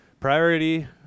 Priority